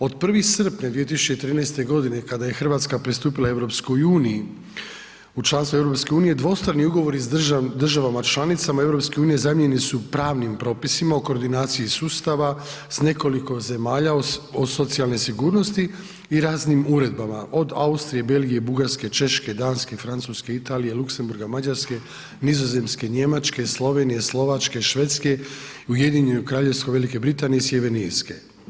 Od 1. srpnja 2013. godine kada je Hrvatska pristupila EU, u članstvu EU dvostrani ugovori s državama članicama EU zamijenjeni su pravnim propisima o koordinaciji sustava s nekoliko zemalja o socijalnoj sigurnosti i raznim uredbama, od Austrije, Belgije, Bugarske, Češke, Danske, Francuske, Italije, Luxemburga, Mađarske, Nizozemske, Njemačke, Slovenije, Slovačke, Švedske, Ujedinjeno Kraljevstvo Velike Britanije i Sjeverne Irske.